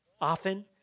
Often